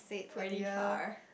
pretty far